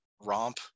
romp